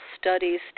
studies